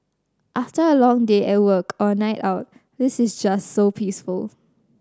after a long day at work or a night out this is just so peaceful